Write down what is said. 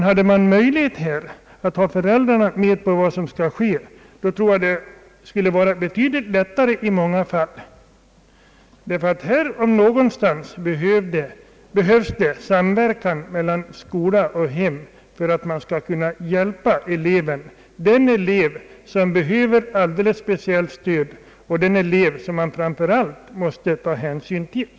Hade man möjlighet till det skulle det vara betydligt lättare i många fall, ty här om någonstans behövs det samverkan mellan skola och hem för att man skall kunna hjälpa den elev, som behöver speciellt stöd och som man framför allt måste ta hänsyn till.